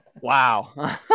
wow